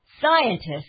scientist